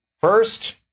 first